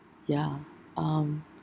ya um